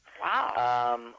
Wow